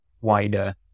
wider